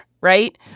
right